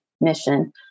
mission